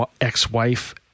ex-wife